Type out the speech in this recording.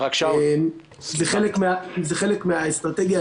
כי זה חלק מהאסטרטגיה.